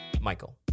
Michael